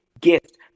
gift